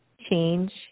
change